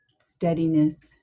steadiness